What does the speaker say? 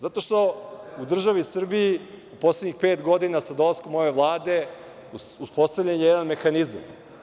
Zato što je u državi Srbiji u poslednjih pet godina, sa dolaskom ove Vlade, uspostavljen jedan mehanizam.